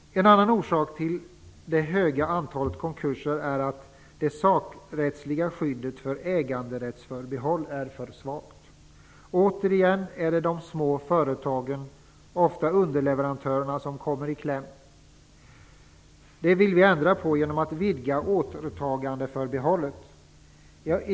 En annan orsak till det höga antalet konkurser är att det sakrättsliga skyddet för äganderättsförbehåll är för svagt. Återigen är det de små företagen, ofta underleverantörerna, som kommer i kläm. Det vill vi ändra på genom att vidga återtagandeförbehållet.